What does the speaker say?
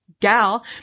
gal